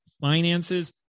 finances